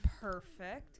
perfect